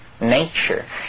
nature